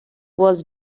was